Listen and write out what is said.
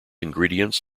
ingredients